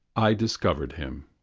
i discovered him,